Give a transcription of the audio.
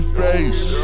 face